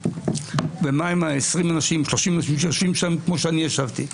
ומהם 30-20 אנשים שיושבים שם כמו שאני ישבתי.